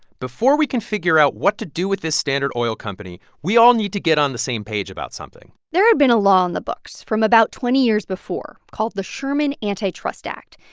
before we can figure out what to do with this standard oil company, we all need to get on the same page about something there had been a law on the books from about twenty years before called the sherman antitrust act.